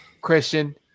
Christian